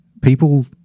people